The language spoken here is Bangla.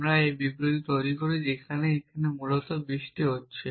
আমরা একটি বিবৃতি তৈরি করি যেখানে এটি মূলত বৃষ্টি হচ্ছে